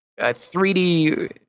3D